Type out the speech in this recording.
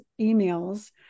emails